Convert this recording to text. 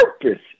purpose